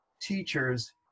teachers